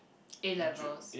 A-levels